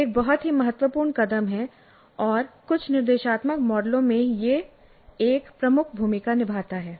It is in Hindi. यह एक बहुत ही महत्वपूर्ण कदम है और कुछ निर्देशात्मक मॉडलों में यह एक प्रमुख भूमिका निभाता है